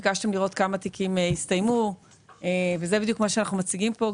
ביקשתם לראות כמה תיקים הסתיימו וזה בדיוק מה שאנחנו מציגים פה,